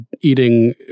eating